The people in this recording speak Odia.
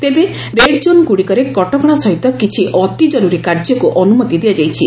ତେବେ ରେଡଜୋନ୍ ଗୁଡ଼ିକରେ କଟକଣା ସହିତ କିଛି ଅତିକରୁରୀ କାର୍ଯ୍ୟକୁ ଅନୁମତି ଦିଆଯାଇଛି